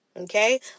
okay